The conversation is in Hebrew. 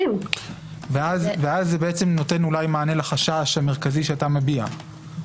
ואז זה אולי נותן מענה לחשש המרכזי שאתה מביע.